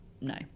no